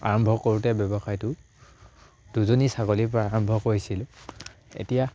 আৰম্ভ কৰোঁতে ব্যৱসায়টো দুজনী ছাগলীৰ পৰা আৰম্ভ কৰিছিলোঁ এতিয়া